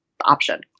option